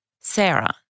Sarah